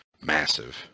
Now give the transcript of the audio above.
massive